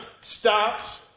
stops